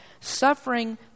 suffering